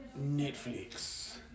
Netflix